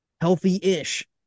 healthy-ish